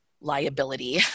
liability